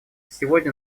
сегодня